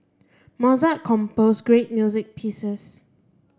Mozart composed great music pieces